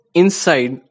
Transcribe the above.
inside